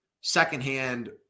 secondhand